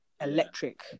electric